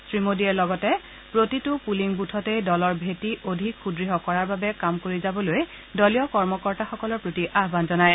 শ্ৰীমোদীয়ে লগতে প্ৰতিটো পুলিং বুথতেই দলৰ ভেঁটি অধিক সুদ্য় কৰাৰ বাবে কাম কৰি যাবলৈ দলীয় কৰ্মকৰ্তাসকলৰ প্ৰতি আয়ন জনায়